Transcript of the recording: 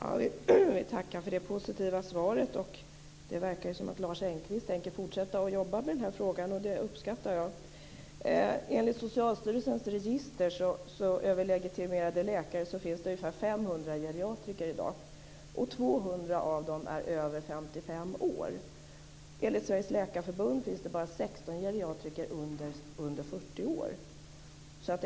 Fru talman! Jag vill tacka för det positiva svaret. Det verkar som om Lars Engqvist tänker fortsätta jobba med den här frågan, och det uppskattar jag. Enligt Socialstyrelsens register över legitimerade läkare finns det ungefär 500 geriatriker i dag. 200 av dem är över 55 år. Enligt Sveriges läkarförbund finns det bara 16 geriatriker under 40 år.